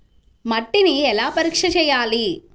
మట్టిని ఎలా పరీక్ష చేయాలి?